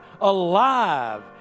alive